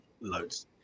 loads